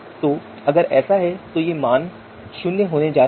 तो अगर ऐसा है तो मान शून्य होने जा रहा है